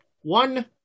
One